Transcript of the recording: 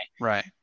right